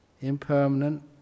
impermanent